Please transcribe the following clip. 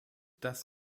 dass